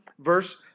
verse